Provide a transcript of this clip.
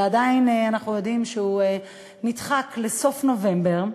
ואנחנו יודעים שהוא נדחק לסוף נובמבר,